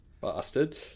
bastard